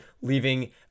leaving